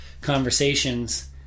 conversations